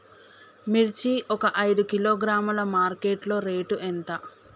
మిర్చి ఒక ఐదు కిలోగ్రాముల మార్కెట్ లో రేటు ఎంత?